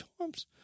times